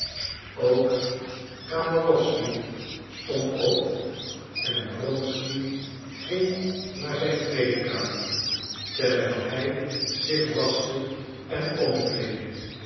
ook kamerowsky stond op en wronsky ging naar zijn kleedkamer terwijl hij zich waschte en omkleedde